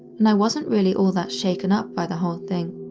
and i wasn't really all that shaken up by the whole thing.